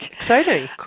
Exciting